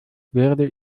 werde